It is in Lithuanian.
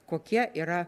kokie yra